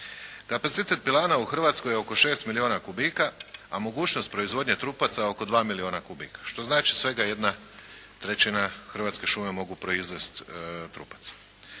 Kapacitet pilana u Hrvatskoj je oko 6 milijuna kubika a mogućnost proizvodnje trupaca je oko 2 milijuna kubika, što znači svega jedna trećina Hrvatske šume mogu proizvesti trupaca.